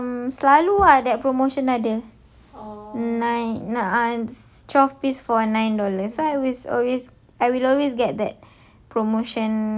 lepas tu macam selalu ada that promotion ada nine twelve piece for nine dollar so I was always I will always get that